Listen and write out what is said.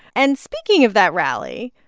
and speaking of that rally,